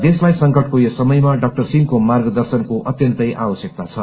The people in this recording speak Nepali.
देशलाई संकटको यस समयमा डा सिंहको मार्गदर्शनको अत्यन्तै आवश्यकता छ